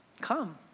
Come